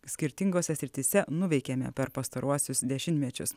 skirtingose srityse nuveikėme per pastaruosius dešimtmečius